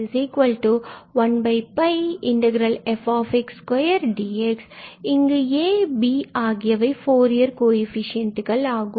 இங்கு a and b ஆகியவை Fourier கோஎஃபிசியண்டுகள் ஆகும்